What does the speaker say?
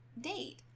date